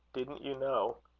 didn't you know?